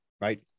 Right